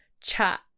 chat